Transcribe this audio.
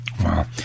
Wow